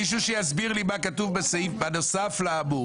מישהו שיסביר לי מה כתוב בסעיף בנוסף לאמור?